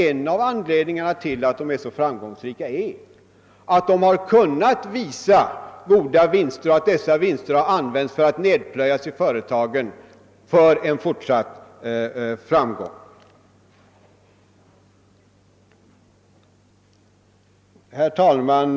En av anledningarna till att de är så framgångsrika är att de kunnat redovisa goda vinster och kunnat använda dessa i företagen för en fortsatt framgång. Herr talman!